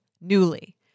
Newly